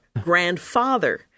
Grandfather